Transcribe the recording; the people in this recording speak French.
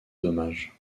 dommages